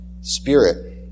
Spirit